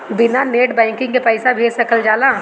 बिना net banking के पईसा भेज सकल जाला?